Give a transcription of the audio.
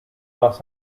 los